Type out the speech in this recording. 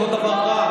זה לא דבר רע,